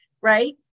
right